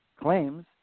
claims